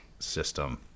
system